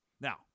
Now